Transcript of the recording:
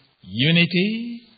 unity